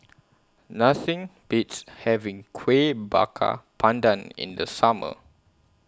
Nothing Beats having Kueh Bakar Pandan in The Summer